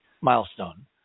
milestone